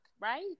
right